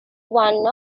one